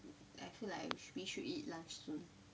I feel like we s~ we should eat lunch soon